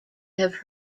have